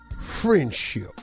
friendship